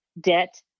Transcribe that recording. debt